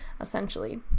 essentially